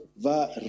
va